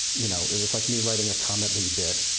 you know it was like me writing a comedy bit.